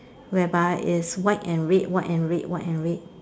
whereby it's white and red white and red white and red